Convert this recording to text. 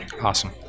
Awesome